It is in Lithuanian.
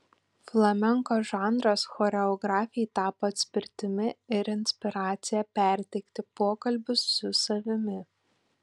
flamenko žanras choreografei tapo atspirtimi ir inspiracija perteikti pokalbius su savimi